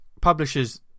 publishers